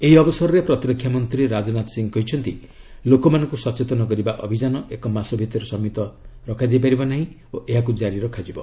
ଏହି ଅବସରରେ ପ୍ରତିରକ୍ଷା ମନ୍ତ୍ରୀ ରାଜନାଥ ସିଂହ କହିଛନ୍ତି ଲୋକମାନଙ୍କୁ ସଚେତନ କରିବା ଅଭିଯାନ ଏକ ମାସ ଭିତରେ ସୀମିତ ରଖାଯାଇ ପାରିବ ନାହିଁ ଓ ଏହାକୁ ଜାରି ରଖାଯିବ